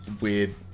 weird